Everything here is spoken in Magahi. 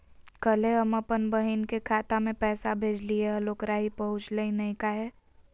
कल्हे हम अपन बहिन के खाता में पैसा भेजलिए हल, ओकरा ही पहुँचलई नई काहे?